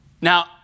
now